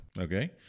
Okay